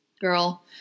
girl